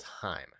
time